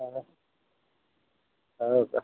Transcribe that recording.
चांगल्या चांगल्या होत्या